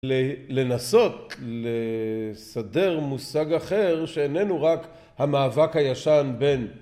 לנסות לסדר מושג אחר שאיננו רק המאבק הישן בין